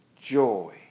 joy